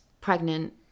pregnant